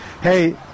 Hey